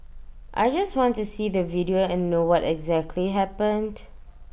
I just want to see the video and know what exactly happened